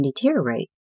deteriorate